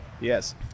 Yes